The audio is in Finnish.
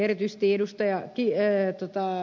erityisesti ed